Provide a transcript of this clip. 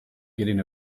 getting